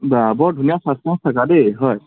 বা বৰ ধুনীয়া চাচপেঞ্চ থকা দেই হয়